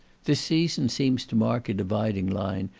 this season seems to mark a dividing line,